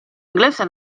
inglese